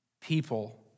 people